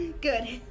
Good